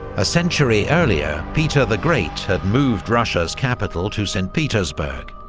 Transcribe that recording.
a century earlier, peter the great had moved russia's capital to st petersburg,